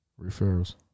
referrals